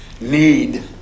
need